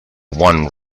one